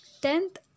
Tenth